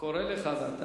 אני